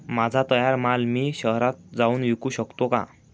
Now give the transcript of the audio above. माझा तयार माल मी शहरात जाऊन विकू शकतो का?